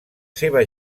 seva